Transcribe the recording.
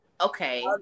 Okay